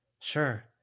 Sure